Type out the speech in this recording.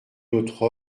notre